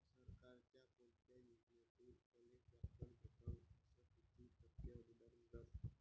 सरकारच्या कोनत्या योजनेतून मले ट्रॅक्टर भेटन अस किती टक्के अनुदान मिळन?